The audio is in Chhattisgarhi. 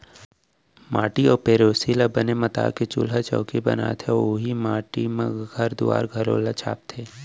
माटी अउ पेरोसी ल बने मता के चूल्हा चैकी बनाथे अउ ओइ माटी म घर दुआर घलौ छाबथें